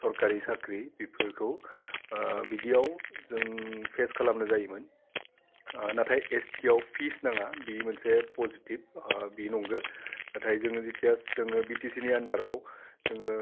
सरकारि साख्रि बिफोरखौ बिदियाव जों फेस्ट खालामनो जायोमोन नाथाय एस टियाव फिस नाङा बि मोनसे पजिटिभ बेयो नंगो नाथाय जोङो जिथियास जोङो बिटिसिनि आन्दाराव जोङो